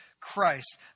Christ